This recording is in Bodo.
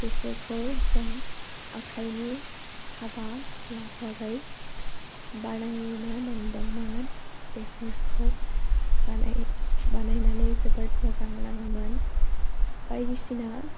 बेफोरखौ जों आखाइनि हाबा महरै बानायनो मोन्दोंमोन बेफोरखौ बानायनानै जोबोर मोजां नाङोमोन बायदिसिना